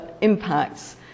impacts